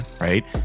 right